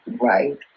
Right